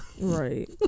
right